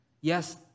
Yes